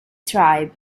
tribe